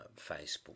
Facebook